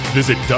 Visit